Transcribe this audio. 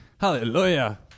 Hallelujah